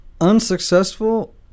unsuccessful